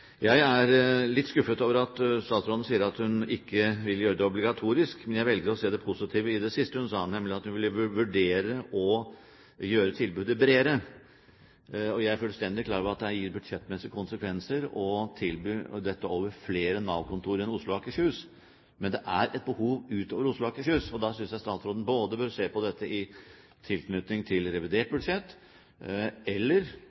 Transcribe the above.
Jeg er litt skuffet over at statsråden sier at hun ikke vil gjøre dette tilbudet obligatorisk. Men jeg velger å se det positive i det siste hun sa, nemlig at hun vil vurdere å gjøre tilbudet bredere. Jeg er fullstendig klar over at det får budsjettmessige konsekvenser å tilby dette tilbudet gjennom flere Nav-kontor enn i Oslo og Akershus. Men det er et behov utover Oslo og Akershus. Derfor synes jeg statsråden bør se på dette i tilknytning til revidert